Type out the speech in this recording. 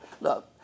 Look